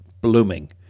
blooming